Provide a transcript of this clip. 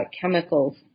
chemicals